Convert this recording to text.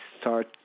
start